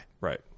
right